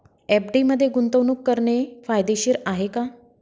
FD मध्ये गुंतवणूक करणे फायदेशीर आहे का?